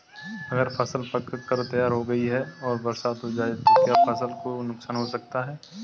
अगर फसल पक कर तैयार हो गई है और बरसात हो जाए तो क्या फसल को नुकसान हो सकता है?